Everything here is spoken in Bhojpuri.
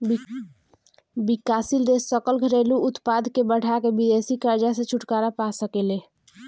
विकासशील देश सकल घरेलू उत्पाद के बढ़ा के विदेशी कर्जा से छुटकारा पा सके ले